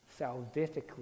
salvifically